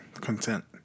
content